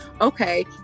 Okay